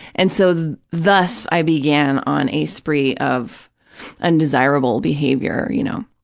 and so, thus, i began on a spree of undesirable behavior, you know,